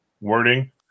wording